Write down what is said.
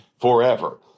forever